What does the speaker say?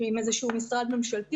שיש לו עם איזשהו משרד ממשלתי,